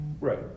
Right